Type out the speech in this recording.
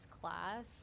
class